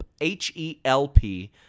H-E-L-P